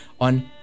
on